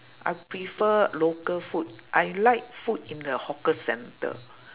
I prefer local food I like food in the hawker centre